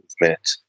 movement